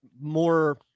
more